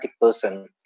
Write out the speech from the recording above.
person